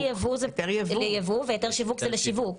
היתר יבוא זה ליבוא והיתר שיווק הוא לשיווק.